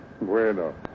Bueno